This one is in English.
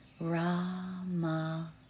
Rama